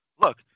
Look